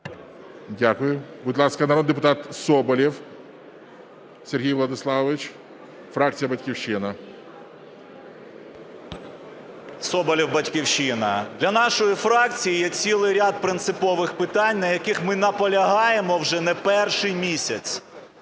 Дякую. Будь ласка, народний депутат Соболєв Сергій Владиславович, фракція "Батьківщина". 10:31:32 СОБОЛЄВ С.В. Соболєв, "Батьківщина". Для нашої фракції є цілий ряд принципових питань, на яких ми наполягаємо вже не перший місяць.